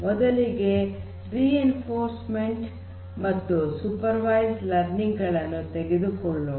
ಮೊದಲಿಗೆ ರಿಇನ್ಫೋರ್ಸ್ಮೆಂಟ್ ಮತ್ತು supervised learning ಗಳನ್ನು ತೆಗೆದುಕೊಳ್ಳೋಣ